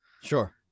Sure